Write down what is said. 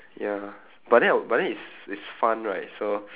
ya but then oh but then it's it's fun right so